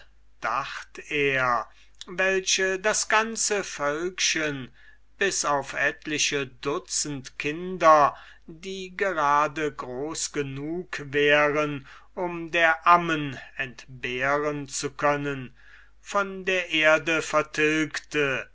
dacht er welche das ganze völkchen bis auf etliche dutzend kinder die gerade groß genug wären um der ammen entbehren zu können von der erde vertilgte